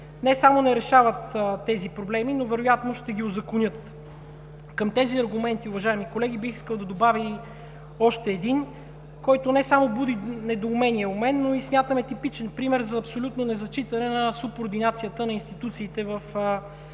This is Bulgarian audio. не само не решават тези проблеми, но вероятно ще ги узаконят. Към тези аргументи, уважаеми колеги, бих искал да добавя и още един, който не само буди недоумение у мен, но смятам, че е типичен пример за абсолютно незачитане на субординацията на институциите в страната.